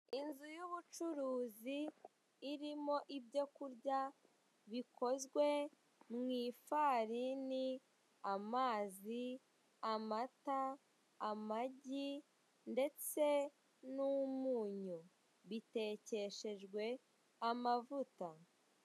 Inzu y'ubucuruzi irimo ibyo kurya bikozwe mu ifarini, amazi, amata, amagi ndetse n'umunyu. bitekeshejwe amavuta.